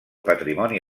patrimoni